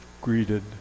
greeted